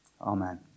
amen